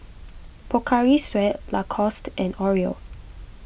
Pocari Sweat Lacoste and Oreo